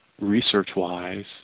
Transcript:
Research-wise